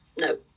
no